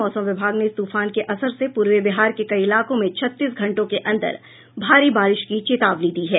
मौसम विभाग ने इस तूफान के असर से पूर्वी बिहार के कई इलाकों में छत्तीस घंटों के अंदर भारी बारिश की चेतावनी दी है